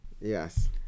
Yes